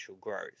growth